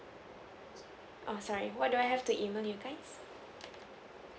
uh sorry what do I have to email you guys